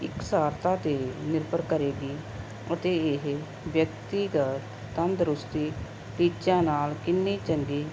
ਇਕਸਾਰਤਾ 'ਤੇ ਨਿਰਭਰ ਕਰੇਗੀ ਅਤੇ ਇਹ ਵਿਅਕਤੀਗਤ ਤੰਦਰੁਸਤੀ ਟੀਚਿਆਂ ਨਾਲ ਕਿੰਨੀ ਚੰਗੀ